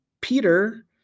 Peter